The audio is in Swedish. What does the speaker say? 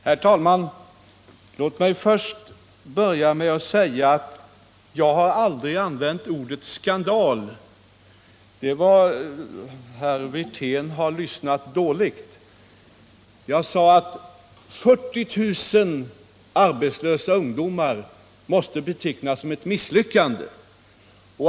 Herr talman! Låt mig först säga att jag aldrig använt ordet skandal. Herr Wirtén har lyssnat dåligt. Jag sade att förekomsten av 40 000 arbetslösa ungdomar måste betecknas som ett misslyckande.